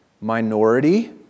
minority